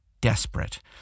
desperate